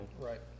Right